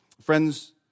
Friends